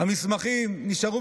השם ייקום דמו,